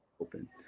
open